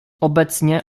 obecnie